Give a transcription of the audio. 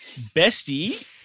Bestie